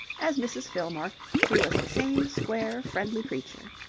as mrs. fillmore she was the same square, friendly creature.